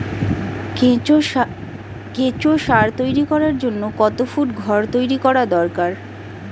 কেঁচো সার তৈরি করার জন্য কত ফুট ঘর তৈরি করা দরকার?